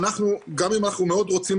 גם אם אנחנו מאוד רוצים,